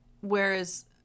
whereas